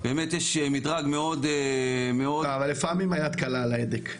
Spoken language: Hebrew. יש מדרג מאוד --- אבל לפעמים היד קלה על ההדק.